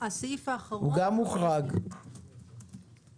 הסיכום היה שנחריג את כל המוצרים מן החי,